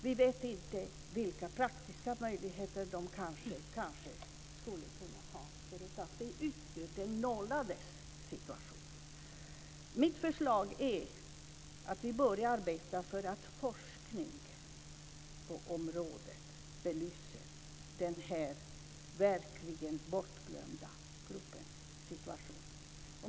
Vi vet inte vilka praktiska möjligheter de har för att ta sig ur de nollades situation. Mitt förslag är att man börjar forska på området för att belysa denna verkligt bortglömda grupps situation.